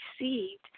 received